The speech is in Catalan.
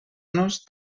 nos